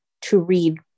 to-read